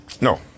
No